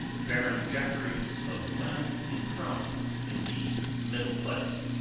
baron jeffreys of wem enthroned in the middle place.